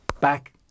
back